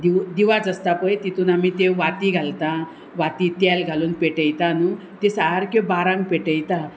दिव दिवाज आसता पय तितून आमी त्यो वाती घालता वाती तेल घालून पेटयता न्हू त्यो सारक्यो बारांक पेटयता